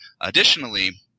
Additionally